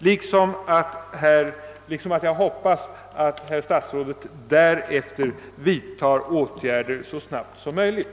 Jag hoppas också att herr statsrådet därefter vidtar åtgärder så snabbt som möjligt.